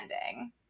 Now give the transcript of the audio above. ending